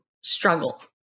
struggle